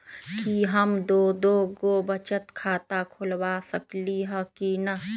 कि हम दो दो गो बचत खाता खोलबा सकली ह की न?